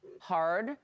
hard